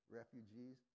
Refugees